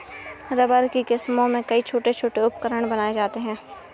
rubber की किस्मों से कई छोटे छोटे उपकरण बनाये जाते हैं